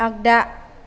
आगदा